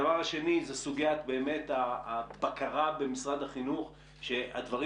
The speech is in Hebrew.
הדבר השני סוגיית הבקרה במשרד החינוך שהדברים